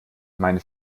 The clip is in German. meine